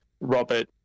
Robert